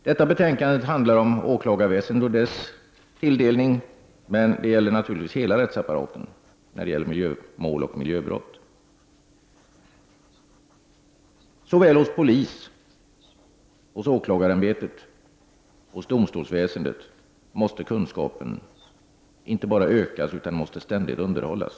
Detta betänkande handlar om åklagarväsendet och dess tilldelning av resurser, men miljömål och miljöbrott berör naturligtvis hela rättsapparaten. Såväl hos polisen och åklagarämbetet som i domstolsväsendet måste kunskapen inte bara ökas utan ständigt underhållas.